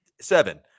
seven